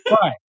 Right